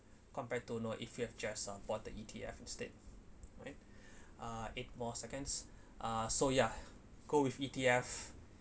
compared to know if you've just uh bought the E_T_F instead right uh eight more seconds uh so yah go with E_T_F